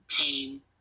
pain